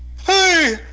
Hey